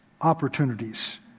opportunities